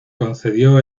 concedió